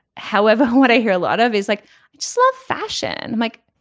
however what i hear a lot of is like slow fashion like